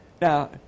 Now